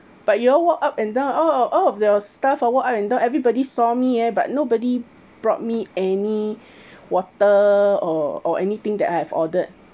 but you all walk up and down all of all of your staff walk up and down everybody saw me eh but nobody brought me any water or or anything that I have ordered